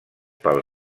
pel